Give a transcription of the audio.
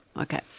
Okay